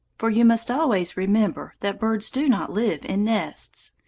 for you must always remember that birds do not live in nests.